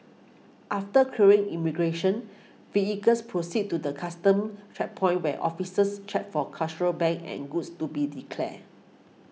after clearing immigration vehicles proceed to the Customs checkpoint where officers check for contraband and goods to be declared